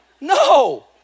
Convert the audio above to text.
No